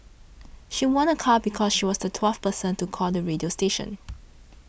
she won a car because she was the twelfth person to call the radio station